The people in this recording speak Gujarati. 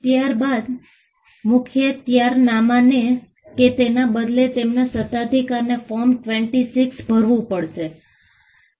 ત્યાર બાદ મુખત્યારનામાને કે તેના બદલે તેમના સત્તાધિકારીને ફોર્મ 26 ભરવું પડશે